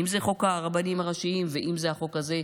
אם זה חוק הרבנים הראשיים ואם זה החוק הזה,